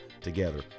together